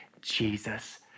Jesus